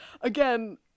Again